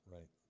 Right